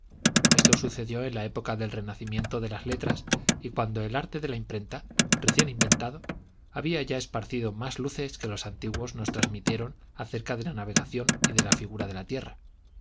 esto sucedió en la época del renacimiento de las letras y cuando el arte de la imprenta recién inventado había ya esparcido más las luces que los antiguos nos transmitieron acerca de la navegación y de la figura de la tierra